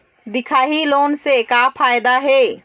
दिखाही लोन से का फायदा हे?